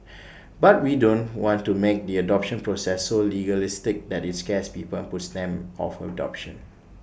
but we don't want to make the adoption process so legalistic that IT scares people and puts them off adoption